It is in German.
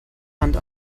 hand